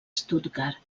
stuttgart